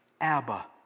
Abba